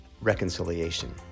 Reconciliation